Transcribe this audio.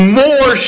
more